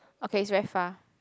okay it's very far